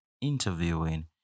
interviewing